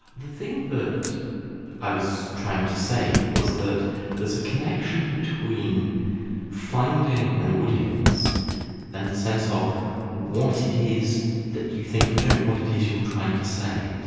the thing that i was trying to say was that there's a connection between finding an audience and the sense of what it is that you think you're doing, what it is you're trying to say.